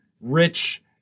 Rich